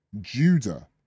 Judah